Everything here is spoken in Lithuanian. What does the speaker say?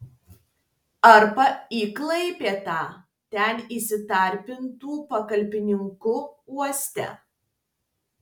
arba į klaipėdą ten įsidarbintų pagalbininku uoste